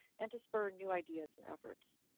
and to spur new ideas and efforts.